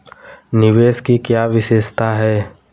निवेश की क्या विशेषता है?